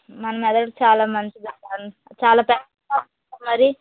మన మెదడికి చాలా మంచిది అంట చాలా టైం పడుతుంది మరి